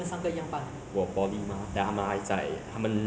I know that they are in some I_T_E lah